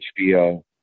HBO